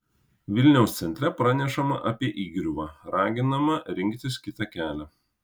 vilniaus centre pranešama apie įgriuvą raginama rinktis kitą kelią